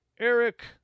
Eric